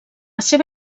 seva